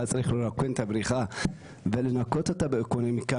צריך לרוקן את הבריכה ולנקות אותה עם אקונומיקה,